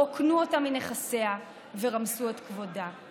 רוקנו אותה מנכסיה ורמסו את כבודה.